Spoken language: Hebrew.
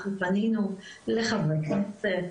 אנחנו פנינו לחברי כנסת,